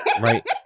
right